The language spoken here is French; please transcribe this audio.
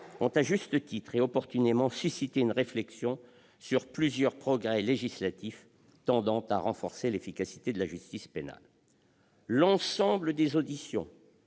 ont à juste titre et opportunément suscité une réflexion sur plusieurs progrès législatifs tendant à renforcer l'efficacité de la justice pénale. L'ensemble des auditions,